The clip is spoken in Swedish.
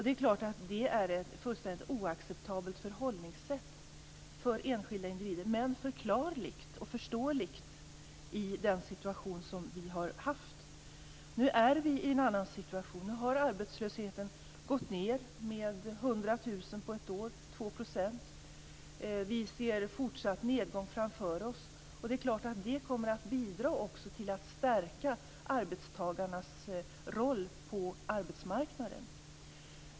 Det är klart att det är ett fullständigt oacceptabelt förhållningssätt för enskilda individer. Men det är förklarligt och förståeligt i den situation som vi har haft. Nu är vi i en annan situation. Nu har arbetslösheten gått ned med 100 000 på ett år, alltså med 2 %. Vi ser en fortsatt nedgång framför oss. Det är klart att detta också kommer att bidra till att stärka arbetstagarnas roll på arbetsmarknaden.